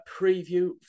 preview